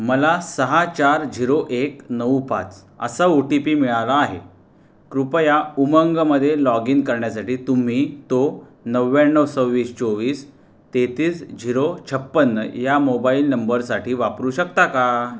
मला सहा चार झिरो एक नऊ पाच असा ओ टी पी मिळाला आहे कृपया उमंगमध्ये लॉग इन करण्यासाठी तुम्ही तो नव्याण्णव सव्वीस चोवीस तेहत्तीस झिरो छप्पन्न या मोबाईल नंबरसाठी वापरू शकता का